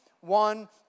one